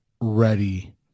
ready